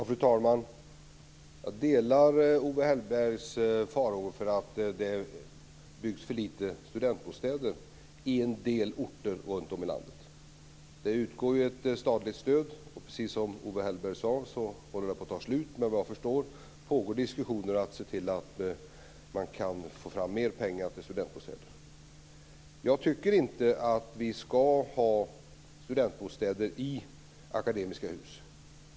Fru talman! Jag delar Owe Hellbergs farhågor för att det byggs för få studentbostäder på en del orter runtom i landet. Det utgår ett statligt stöd. Och precis som Owe Hellberg sade håller det på att ta slut, men vad jag förstår pågår diskussioner för att se till att man kan få fram mer pengar till studentbostäder. Jag tycker inte att vi ska ha studentbostäder i Akademiska Hus.